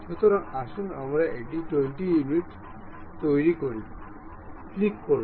সুতরাং আসুন আমরা এটি 20 ইউনিট তৈরি করি ক্লিক করুন